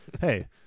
Hey